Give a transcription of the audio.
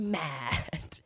mad